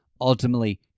ultimately